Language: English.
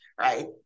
Right